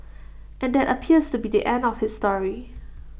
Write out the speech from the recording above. and that appears to be the end of his story